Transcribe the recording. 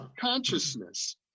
consciousness